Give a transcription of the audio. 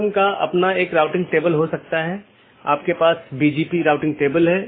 अगला राउटर 3 फिर AS3 AS2 AS1 और फिर आपके पास राउटर R1 है